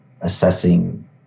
assessing